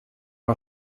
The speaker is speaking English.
are